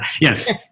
yes